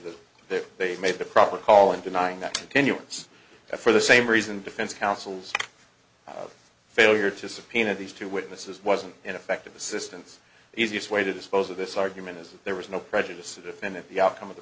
that that they made the proper call in denying that opinions that for the same reason defense counsel's failure to subpoena these two witnesses was an ineffective assistance the easiest way to dispose of this argument is that there was no prejudice the defendant the outcome of the